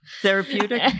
Therapeutic